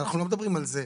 אנחנו לא מדברים על זה.